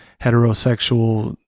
heterosexual